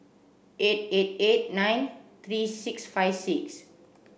eight eight eight nine three six five six